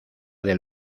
del